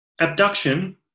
abduction